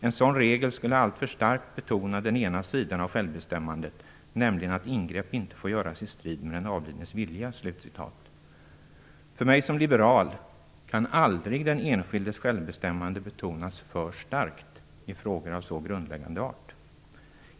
En sådan regel skulle alltför starkt betona den ena sidan av självbestämmandet, nämligen att ingrepp inte får göras i strid med den avlidnes vilja." För mig som liberal kan den enskildes självbestämmande aldrig betonas för starkt i frågor av så grundläggande art.